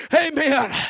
Amen